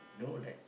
you know like